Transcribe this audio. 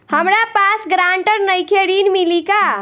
हमरा पास ग्रांटर नईखे ऋण मिली का?